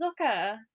Zucker